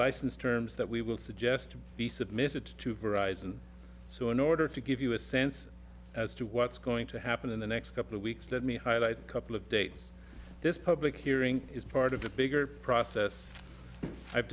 license terms that we will suggest to be submitted to varieties and so in order to give you a sense as to what's going to happen in the next couple of weeks let me highlight a couple of dates this public hearing is part of the bigger process i've